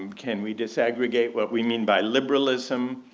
um can we disaggregate what we mean by liberalism?